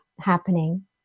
happening